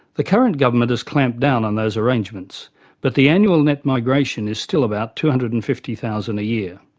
the current government has clamped down on those arrangements but the annual net migration is still about two hundred and fifty thousand a year.